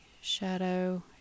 Shadow